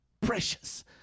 precious